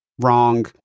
Wrong